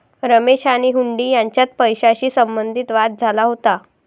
रमेश आणि हुंडी यांच्यात पैशाशी संबंधित वाद झाला होता